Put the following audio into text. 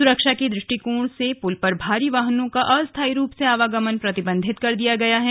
सुरक्षा के दृष्टिकोण से पुल पर भारी वाहनों का अस्थाई रूप से आवागमन प्रतिबन्धित कर दिया गया है